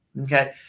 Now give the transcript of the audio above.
okay